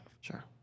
Sure